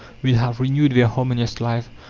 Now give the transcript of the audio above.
will have renewed their harmonious life,